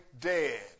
dead